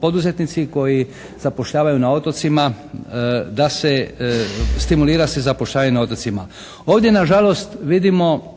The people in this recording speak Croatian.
poduzetnici koji zapošljavaju na otocima da se, stimulira se zapošljavanje na otocima. Ovdje nažalost vidimo